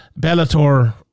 Bellator